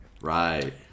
Right